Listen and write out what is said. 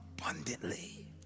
abundantly